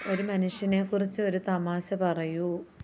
ഒരു മനുഷ്യനെ കുറിച്ച് ഒരു തമാശ പറയൂ